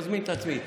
אני מזמין את עצמי,